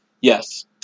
Yes